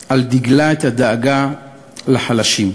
על דגלן את הדאגה לחלשים.